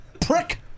Prick